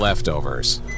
Leftovers